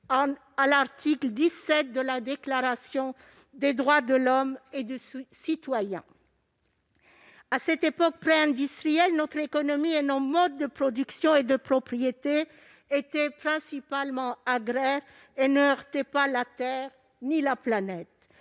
à l'article XVII de la Déclaration des droits de l'homme et du citoyen. À cette époque préindustrielle, l'économie et les modes de production et de propriété étaient principalement agraires et ne heurtaient ni la terre ni la planète.